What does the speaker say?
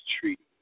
treaty